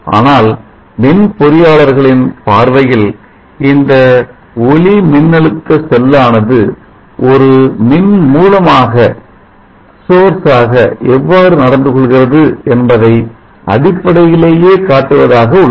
ஆனால் மின் பொறியாளர்களின் பார்வையில் இந்த ஒளிமின்னழுத்த செல்லானது ஒரு மின் மூலமாக எவ்வாறு நடந்துகொள்கிறது என்பதை அடிப்படையிலேயே காட்டுவதாக உள்ளது